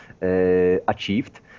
achieved